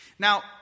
Now